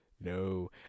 No